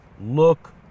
look